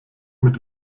mit